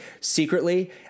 secretly